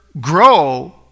grow